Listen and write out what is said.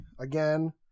again